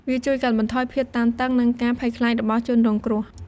វាជួយកាត់បន្ថយភាពតានតឹង និងការភ័យខ្លាចរបស់ជនរងគ្រោះ។